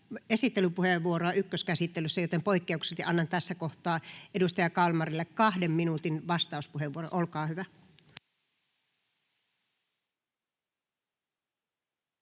esittelypuheenvuoroa ykköskäsittelyssä, joten poikkeuksellisesti annan tässä kohtaa edustaja Kalmarille 2 minuutin vastauspuheenvuoron. [Jukka